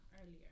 earlier